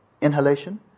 inhalation